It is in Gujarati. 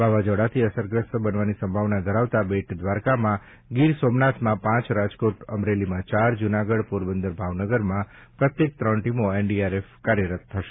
વાવાઝોડાથી અસરગ્રસ્ત બનવાની સંભાવના ધરાવતા બેટ દ્વારકામાં ગીર સોમનાથમાં પાંચ રાજકોટ અમરેલીમાં ચાર જૂનાગઢ પોરબંદર ભાવનગરમાં પ્રત્યેક ત્રણ ટીમો એનડીઆરએફ કાર્યરત થશે